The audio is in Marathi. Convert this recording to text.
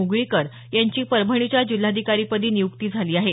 मुगळीकर यांची परभणीच्या जिल्हाधिकारीपदी नियुक्ती झाली आहे